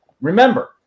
Remember